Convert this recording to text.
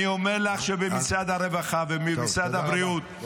אני אומר לך שבמשרד הרווחה ובמשרד הבריאות -- טוב,